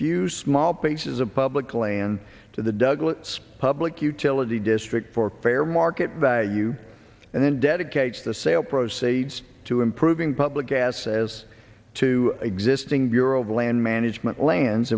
few small places a public land to the douglas public utility district for fair market value and then dedicates the sale proceeds to improving public gas as to existing bureau of land management lands